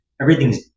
Everything's